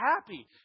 happy